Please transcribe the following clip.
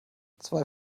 zwei